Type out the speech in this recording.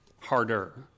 harder